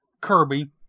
Kirby